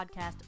podcast